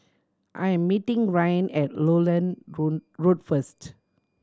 I am meeting Ryne at Lowland Road first